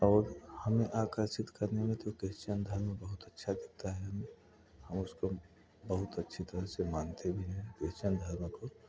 और हमें आकर्षित करने में तो क्रिश्चन धर्म बहुत लगता करता है हमें हम उसको बहुत अच्छे तरह से मनाते भी हैं क्रिश्चन धर्म को